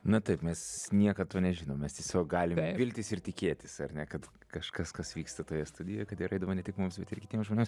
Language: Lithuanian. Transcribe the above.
na taip mes niekad to nežinom mes tiesiog galim viltis ir tikėtis ar ne kad kažkas kas vyksta toje studijoj kad tai yra įdomu ne tik mums bet ir kitiems žmonėms